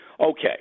Okay